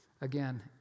Again